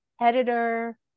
editor